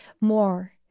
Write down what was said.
more